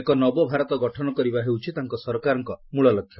ଏକ ନବ ଭାରତ ଗଠନ କରିବା ହେଉଛି ତାଙ୍କର ସରକାରଙ୍କ ମୃଳଲକ୍ଷ୍ୟ